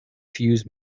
fuse